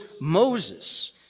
Moses